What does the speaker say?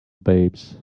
babes